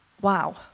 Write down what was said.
Wow